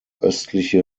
östliche